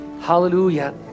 hallelujah